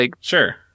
Sure